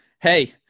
hey